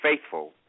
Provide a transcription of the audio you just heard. faithful